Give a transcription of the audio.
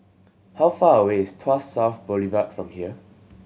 how far away is Tuas South Boulevard from here